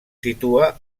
situa